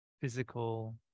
physical